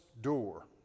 door